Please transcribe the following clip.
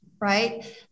right